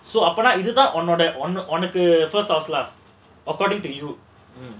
so apparently அப்போனா இது தான் உன்னோட உனக்கு:apponaa idhuthaan unnoda uankku first house lah according to you